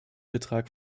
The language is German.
betrag